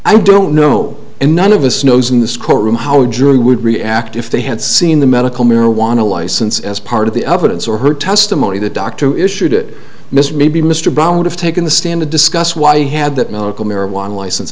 i don't know and none of us knows in this courtroom how a jury would react if they had seen the medical marijuana license as part of the evidence or heard testimony the doctor who issued it mr maybe mr brown would have taken the stand to discuss why he had that narco marijuana licen